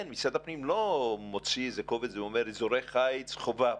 משרד הפנים לא מוציא קובץ ואומר: אזורי חיץ זה חובה.